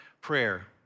prayer